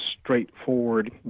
straightforward